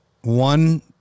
one